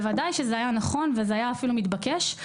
בוודאי שזה היה נכון וזה היה אפילו מתבקש.